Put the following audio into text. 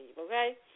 Okay